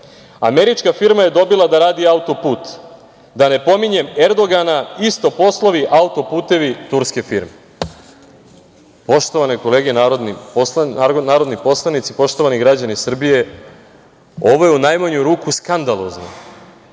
Američka firma je dobila da radi autoput. Da ne pominjem Erdogana, isto poslovi – autoputevi, turske firme“.Poštovane kolege, narodni poslanici, poštovani građani Srbije, ovo je u najmanju ruku skandalozno,